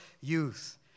youth